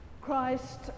Christ